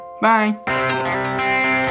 Bye